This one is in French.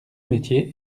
métier